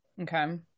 Okay